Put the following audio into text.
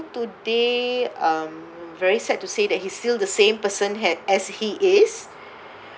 today um very sad to say that he's still the same person had as he is